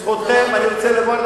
אני רוצה לומר,